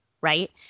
right